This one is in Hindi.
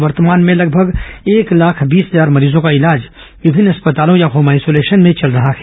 वर्तमान में लगभग एक लाख बीस हजार मरीजों का इलाज विभिन्न अस्पतालों या होम आइसोलेशन में चल रहा है